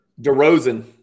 DeRozan